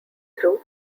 through